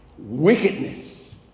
wickedness